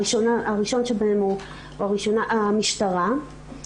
הראשונה שבהן היא המשטרה,